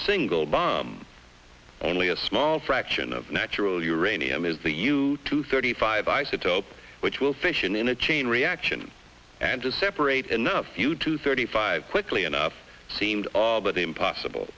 single bomb only a small fraction of natural uranium is the u two thirty five isotope which will fission in a chain reaction and just separate enough you to thirty five quickly enough seemed all but impossible